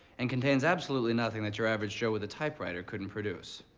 and contains absolutely nothing that your average joe with a typewriter couldn't produce.